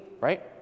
right